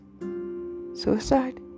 Suicide